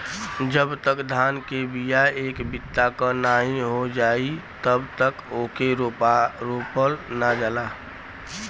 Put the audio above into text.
जब तक धान के बिया एक बित्ता क नाहीं हो जाई तब तक ओके रोपल ना जाला